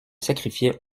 sacrifiait